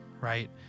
right